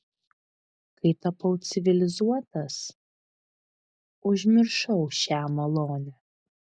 kai tapau civilizuotas užmiršau šią malonę